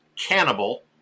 Cannibal